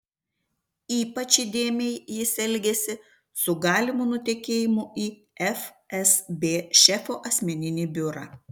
ypač įdėmiai jis elgėsi su galimu nutekėjimu į fsb šefo asmeninį biurą